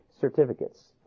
certificates